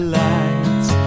lights